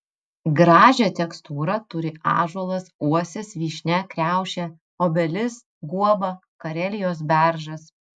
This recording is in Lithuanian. gražią tekstūrą turi ąžuolas uosis vyšnia kriaušė obelis guoba karelijos beržas